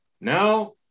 Now